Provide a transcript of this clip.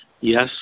Yes